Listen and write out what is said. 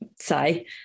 say